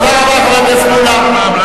תודה רבה, חבר הכנסת מולה.